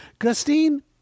Gustine